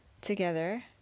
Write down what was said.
together